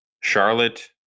Charlotte